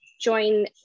join